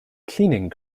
cleaning